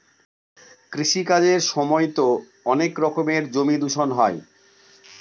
কৃষি কাজের সময়তো অনেক রকমের জমি দূষণ হয়